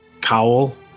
cowl